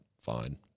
Fine